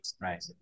right